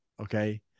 okay